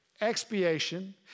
expiation